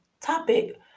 topic